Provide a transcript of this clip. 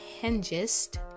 hengist